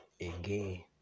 again